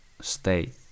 state